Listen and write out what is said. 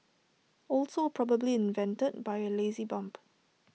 also probably invented by A lazy bump